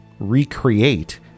recreate